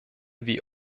wie